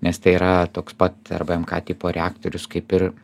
nes tai yra toks pat rbmk tipo reaktorius kaip ir